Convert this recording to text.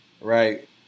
right